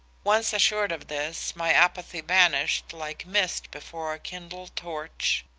once assured of this, my apathy vanished like mist before a kindled torch.